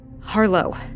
Harlow